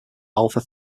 alpha